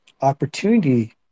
opportunity